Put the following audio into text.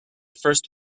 first